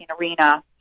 arena